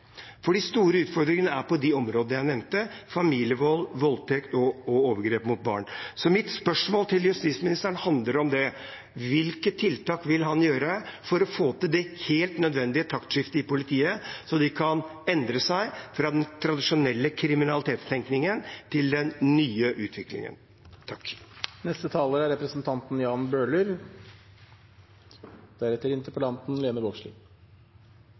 for de store utfordringene er på de områdene jeg nevnte, familievold, voldtekt og overgrep mot barn. Så mitt spørsmål til justisministeren handler om det: Hvilke tiltak vil han sette inn for å få til det helt nødvendige taktskiftet i politiet, så de kan endre seg fra den tradisjonelle kriminalitetstenkningen til den nye utviklingen?